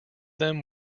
them